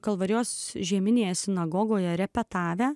kalvarijos žieminėje sinagogoje repetavę